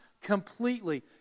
completely